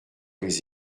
les